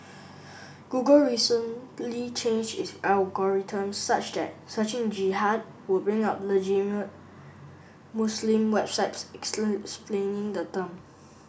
Google recently changed its algorithms such that searching Jihad would bring up Muslim websites explaining the term